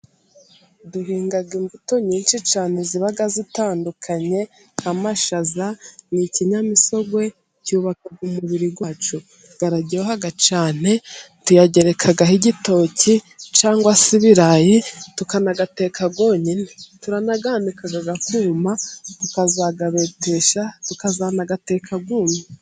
Duhinga imbuto nyinshi cyane ziba zitandukanye, nk'amashaza ni ikinyamisongwe cyubaka umubiri wacu, araryoha cyane tuyagerekagaho igitoki cyangwa se ibirayi tukanayateka yonyine turanayanika akuma, tukayabetesha tukazayanika tukayateka yumye.